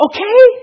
Okay